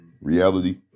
reality